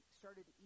started